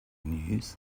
news